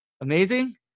Amazing